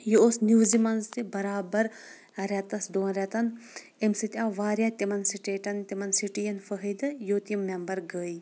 یہِ اوس نوزِ منٛز تہِ برابر رٮ۪تس دۄن رٮ۪تن امہِ سۭتۍ آو واریاہ تِمن سٹیٹن تِمن سٹین فٲیِدٕ یوٚت یِم میٚمبر گٔے